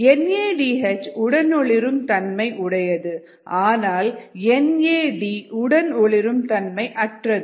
N A D H உடனொளிரும் தன்மை உடையது ஆனால் என் ஏ டி உடன் ஒளிரும் தன்மை அற்றது